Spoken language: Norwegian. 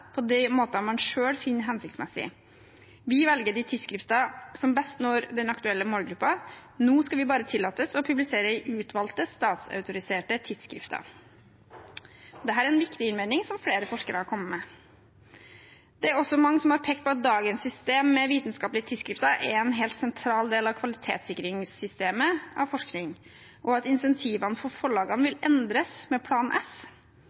på de måter man selv finner mest hensiktsmessig. Vi velger de tidsskrifter som best når den aktuelle målgruppen. Nå skal vi bare tillates å publisere i utvalgte, statsautoriserte tidsskrifter.» Dette er en viktig innvending, som flere forskere har kommet med. Det er også mange som har pekt på at dagens system med vitenskapelige tidsskrifter er en helt sentral del av kvalitetssikringssystemet for forskning, og at incentivene for forlagene vil endres med Plan S.